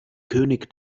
könig